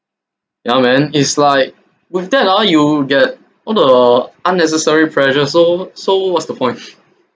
young man is like with that ah you get all the unnecessary pressure so so what's the point